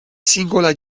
singola